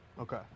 Okay